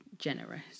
generous